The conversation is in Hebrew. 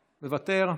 מוותר,